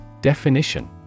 Definition